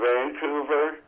Vancouver